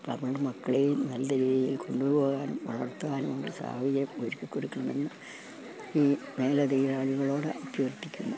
നമ്മുടെ മക്കളെയും നല്ല രീതിയിൽ കൊണ്ടു പോകാനും വളർത്താനുമുള്ള സാഹചര്യം ഒരുക്കി കൊടുക്കണമെന്ന് ഈ മേലാധികാരികളോട് അഭ്യർത്ഥിക്കുന്നു